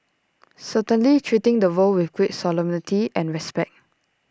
certainly treating the role with great solemnity and respect